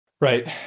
Right